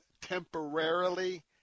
temporarily